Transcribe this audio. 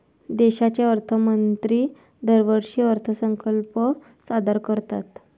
देशाचे अर्थमंत्री दरवर्षी अर्थसंकल्प सादर करतात